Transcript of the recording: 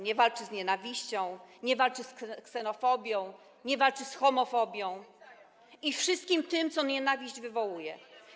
Nie walczy z nienawiścią, nie walczy z ksenofobią, nie walczy z homofobią i wszystkim tym, co nienawiść wywołuje.